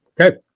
Okay